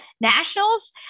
nationals